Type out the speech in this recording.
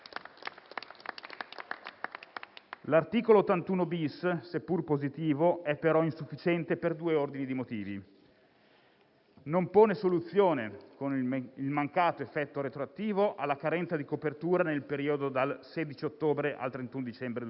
L'articolo 81-*bis*, seppur positivo, è però insufficiente per due ordini di motivi: non pone soluzione, con il mancato effetto retroattivo, alla carenza di copertura nel periodo dal 16 ottobre al 31 dicembre 2020;